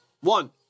One